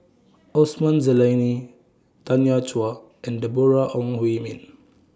Osman Zailani Tanya Chua and Deborah Ong Hui Min